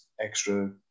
extra